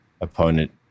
opponent